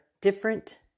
different